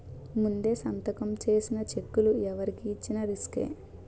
ముందే సంతకం చేసిన చెక్కులు ఎవరికి ఇచ్చిన రిసుకే